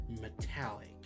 metallic